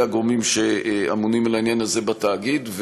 הגורמים שאמונים על העניין הזה בתאגיד.